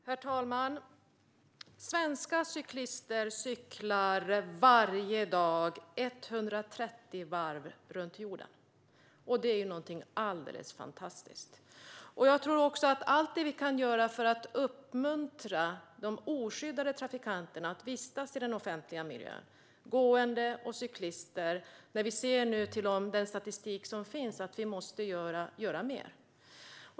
Herr talman! Svenska cyklister cyklar varje dag 130 varv runt jorden. Det är någonting alldeles fantastiskt. Allt vi kan göra för att uppmuntra de oskyddade trafikanterna - gående och cyklister - att vistas i den offentliga miljön är bra. Vi ser nu av den statistik som finns att vi måste göra mer.